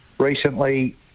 Recently